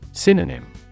Synonym